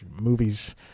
movies